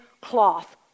cloth